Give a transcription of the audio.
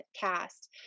cast